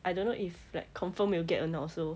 I don't know if like confirm will get or not also